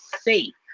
safe